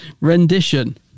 rendition